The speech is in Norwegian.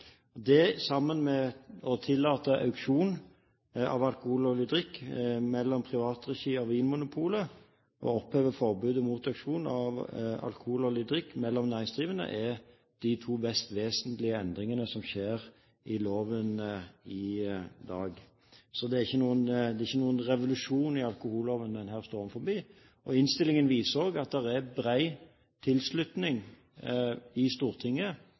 Det, sammen med å tillate auksjon av alkoholdholdig drikk mellom private i regi av Vinmonopolet og å oppheve forbudet mot auksjon av alkoholholdig drikk mellom næringsdrivende er de to mest vesentlige endringene som skjer i loven i dag. Det er ikke noen revolusjon i alkoholloven vi her står foran. Innstillingen viser også at det er bred tilslutning i Stortinget